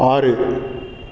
ஆறு